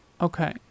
Okay